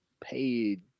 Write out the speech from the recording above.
paid